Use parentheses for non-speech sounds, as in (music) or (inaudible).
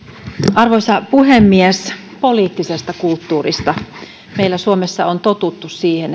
arvoisa puhemies poliittisesta kulttuurista meillä suomessa on totuttu siihen (unintelligible)